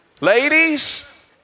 Ladies